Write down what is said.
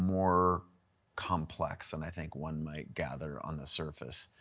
more complex than i think one might gather on the surface.